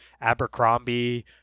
Abercrombie